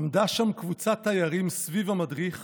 עמדה שם קבוצת תיירים / סביב המדריך